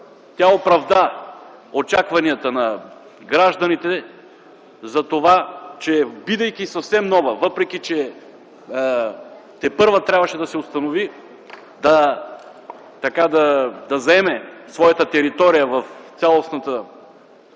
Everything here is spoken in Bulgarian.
тя оправда очакванията на гражданите за това, че бидейки съвсем нова, въпреки че тепърва трябваше да се установи, да заеме своята територия в цялостната